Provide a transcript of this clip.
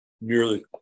Nearly